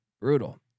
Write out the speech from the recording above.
Brutal